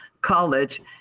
college